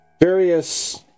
Various